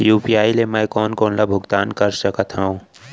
UPI ले मैं कोन कोन ला भुगतान कर सकत हओं?